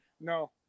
No